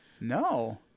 No